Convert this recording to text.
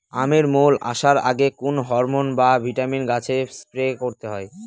আমের মোল আসার আগে কোন হরমন বা ভিটামিন গাছে স্প্রে করতে হয়?